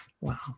Wow